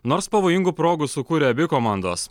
nors pavojingų progų sukūrė abi komandos